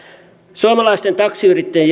suomalaisten taksiyrittäjien